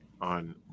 on